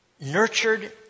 nurtured